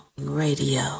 radio